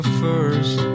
first